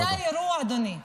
זה האירוע, אדוני.